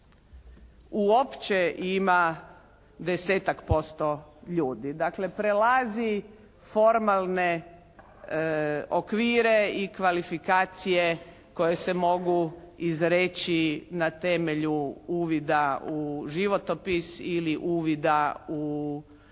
uopće ima 10-ak posto ljudi. Dakle prelazi formalne okvire i kvalifikacije koje se mogu izreći na temelju uvida u životopis ili uvida u